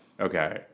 okay